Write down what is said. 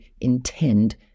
intend